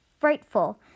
frightful